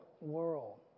world